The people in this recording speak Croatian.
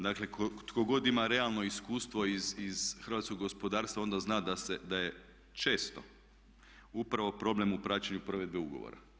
Dakle, tko god ima realno iskustvo iz hrvatskog gospodarstva onda zna da je često upravo problem u praćenju provedbe ugovora.